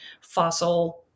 fossil